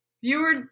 viewer